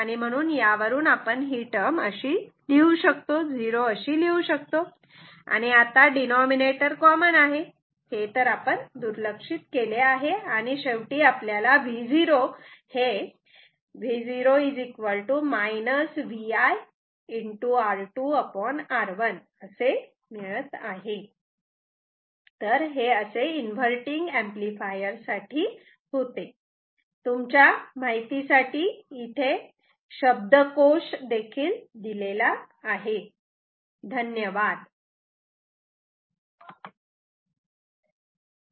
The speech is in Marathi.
आणि म्हणून यावरून आपण ही टर्म झिरो अशी लिहू शकतो आणि आता दिनोमिनिटर कॉमन आहे आणि हे आपण दुर्लक्षित करू शकतो